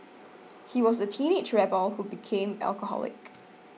he was a teenage rebel who became alcoholic